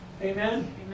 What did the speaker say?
Amen